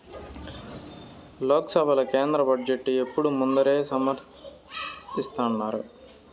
లోక్సభల కేంద్ర బడ్జెటు ఎప్పుడూ ముందరే సమర్పిస్థాండారు